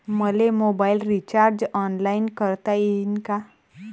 मले mobile recharge online करता येईन का?